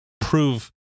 prove